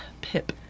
Pip